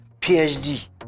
PhD